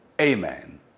Amen